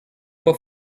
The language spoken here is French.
pas